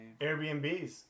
Airbnbs